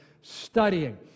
studying